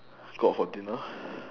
go out for dinner